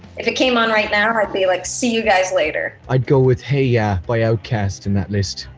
if it came on right now, i'd be like, see you guys later. i'd go with, hey ya by outkast in that list.